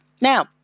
Now